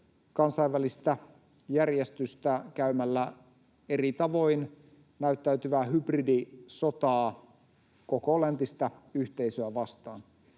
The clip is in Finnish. kansainvälistä järjestystä käymällä eri tavoin näyttäytyvää hybridisotaa koko läntistä yhteisöä vastaan.